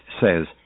says